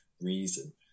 reason